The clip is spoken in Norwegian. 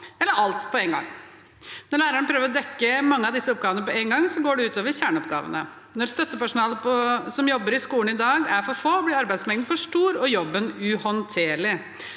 eller alt på en gang. Når læreren prøver å dekke mange av disse oppgavene på en gang, går det ut over kjerneoppgavene. Når støttepersonalet som jobber i skolen i dag, er for få, blir arbeidsmengden for stor og jobben uhåndterlig.